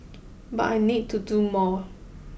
but I need to do more